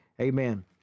amen